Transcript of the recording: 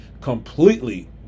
completely